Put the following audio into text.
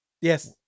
Yes